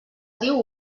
diu